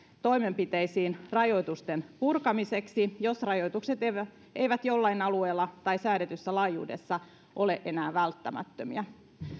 toimenpiteisiin rajoitusten purkamiseksi jos rajoitukset eivät eivät jollain alueella tai säädetyssä laajuudessa ole enää välttämättömiä